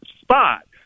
spot